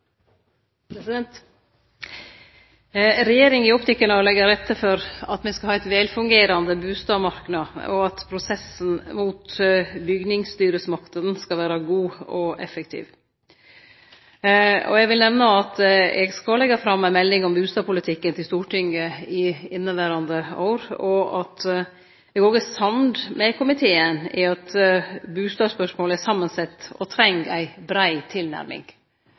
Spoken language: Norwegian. salen. Regjeringa er oppteken av å leggje til rette for at me skal ha ein velfungerande bustadmarknad, og at prosessen mot bygningsstyresmaktene skal vere god og effektiv. Eg vil nemne at eg skal leggje fram ei melding om bustadpolitikken for Stortinget i inneverande år, og òg at eg er samd med komiteen i at bustadspørsmålet er samansett og treng ei brei tilnærming.